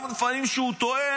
גם כשלפעמים הוא טועה,